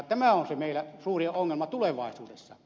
tämä on meillä se suuri ongelma tulevaisuudessa